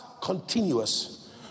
continuous